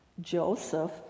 Joseph